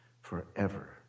forever